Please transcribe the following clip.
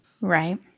Right